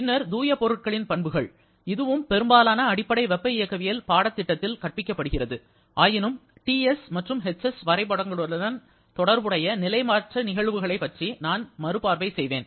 பின்னர் தூய பொருட்களின் பண்புகள் இதுவும் பெரும்பாலான அடிப்படை வெப்ப இயக்கவியல் பாடத்திட்டத்தில் கற்பிக்கப்படுகிறது ஆயினும் T s மற்றும் h s வரைபடங்களுடன் தொடர்புடைய நிலைமாற்ற நிகழ்வுகளைப் பற்றி நான் மறு பார்வை செய்வேன்